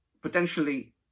potentially